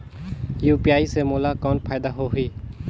UPI से मोला कौन फायदा होही?